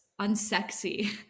unsexy